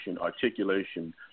articulation